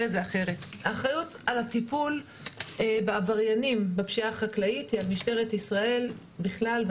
האחריות על הטיפול בעבריינים בפשיעה החקלאית היא על משטרת ישראל בכלל,